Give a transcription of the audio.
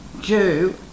Jew